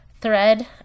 thread